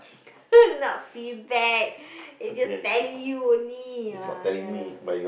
not feedback it's just telling you only ah ya